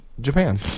japan